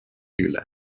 üle